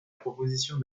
proposition